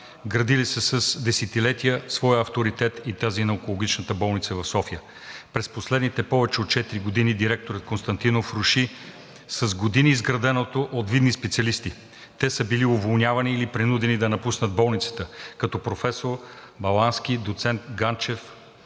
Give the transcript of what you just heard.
градили с десетилетия своя авторитет и този на Онкологичната болница в София. През последните повече от четири години директорът Константинов руши с години изграденото от видни специалисти. Те са били уволнявани или принудени да напуснат болницата, като професор Балански, доцент Ганчев,